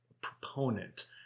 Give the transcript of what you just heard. proponent